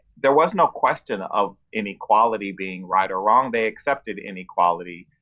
there was no question of inequality being right or wrong. they accepted inequality.